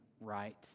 right